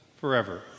forever